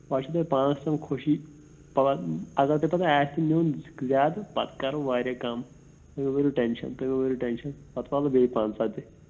پَتہٕ چھُ تۄہہِ پانَس تام خوشی اگر تۄہہِ پَتہٕ آسہِ تہِ نیُٚن زیادٕ پَتہٕ کَرو واریاہ کَم تُہۍ مہٕ بٔرِو ٹینشَن تُہۍ مہٕ بٔرِو ٹینشَن پَتہٕ والو بیٚیہِ پںٛژاہ تہِ